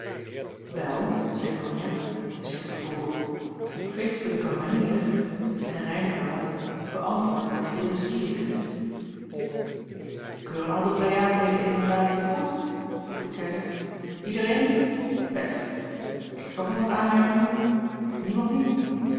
wel zeî donia zeg b v op feestlijke manier en rijm er dan op beäntwoordt met veel zwier keuren al de pleiaden deze emendatie goed vroeg de keizer iedereen best heeft nog iemand aanmerkingen niemand niet